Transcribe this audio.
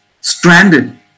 stranded